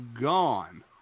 gone